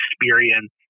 experience